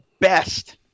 best